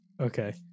okay